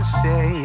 say